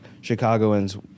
Chicagoans